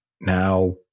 Now